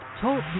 TALK